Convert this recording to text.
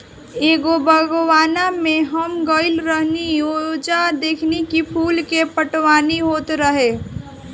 एगो बागवान में हम गइल रही ओइजा देखनी की फूल के पटवनी होत रहे